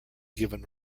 given